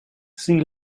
see